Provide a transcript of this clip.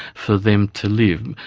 for them to live.